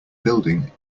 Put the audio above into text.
building